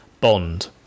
bond